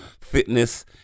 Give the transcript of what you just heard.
Fitness